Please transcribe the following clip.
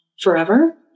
forever